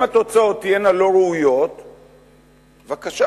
אם התוצאות תהיינה לא ראויות, בבקשה.